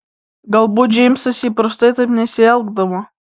galbūt džeimsas įprastai taip nesielgdavo